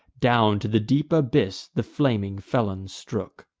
down to the deep abyss the flaming felon strook.